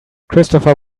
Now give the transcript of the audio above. christopher